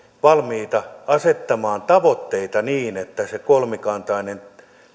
valmiita asettamaan tavoitteita niin että se kolmikantainen